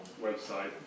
website